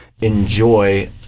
enjoy